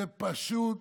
זאת פשוט